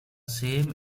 same